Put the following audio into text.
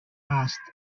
asked